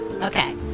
Okay